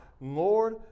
Lord